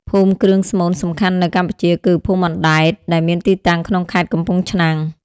ភូមិគ្រឿងស្មូនសំខាន់នៅកម្ពុជាគឺ ភូមិអណ្ដែត ដែលមានទីតាំងក្នុងខេត្តកំពង់ឆ្នាំង។